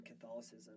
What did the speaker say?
Catholicism